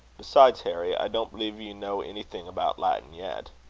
besides, harry, i don't believe you know anything about latin yet.